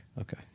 Okay